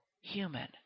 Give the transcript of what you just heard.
human